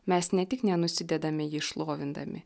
mes ne tik nenusidedame jį šlovindami